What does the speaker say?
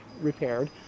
repaired